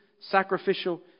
sacrificial